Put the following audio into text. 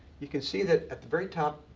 you can see that, at the very top,